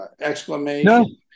exclamation